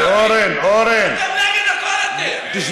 אתם נגד הכול, אתם.